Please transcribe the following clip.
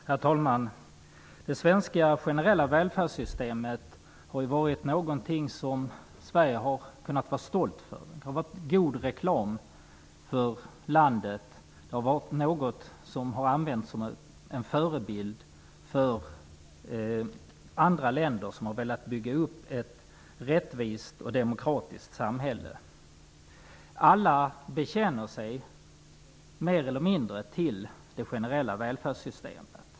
Herr talman! Det svenska generella välfärdssystemet har varit någonting som Sverige har kunnat vara stolt över. Det har varit god reklam för landet. Det har varit något som har använts som en förebild för andra länder som har velat bygga upp ett rättvist och demokratiskt samhälle. Alla bekänner sig mer eller mindre till det generella välfärdssystemet.